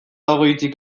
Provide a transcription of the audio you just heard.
hogeitik